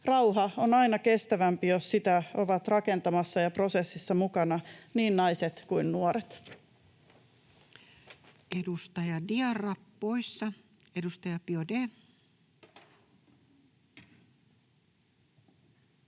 Rauha on aina kestävämpi, jos sitä ovat rakentamassa ja prosessissa mukana niin naiset kuin nuoret. [Speech 269] Speaker: Toinen